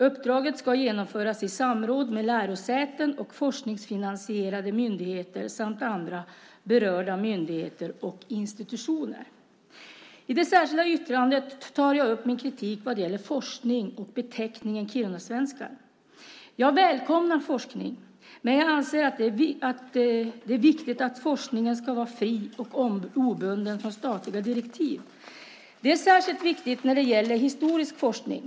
Uppdraget ska genomföras i samråd med lärosäten och forskningsfinansierade myndigheter samt andra berörda myndigheter och institutioner." I det särskilda yttrandet tar jag upp min kritik vad gäller forskning och beteckningen kirunasvenskar. Jag välkomnar forskning, men jag anser att det är viktigt att forskningen är fri och obunden från statliga direktiv. Det är särskilt viktigt när det gäller historisk forskning.